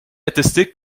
attesté